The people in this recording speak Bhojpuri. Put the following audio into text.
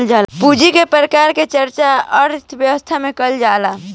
पूंजी के प्रकार के चर्चा अर्थव्यवस्था में कईल जाला